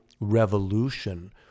revolution